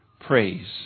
praise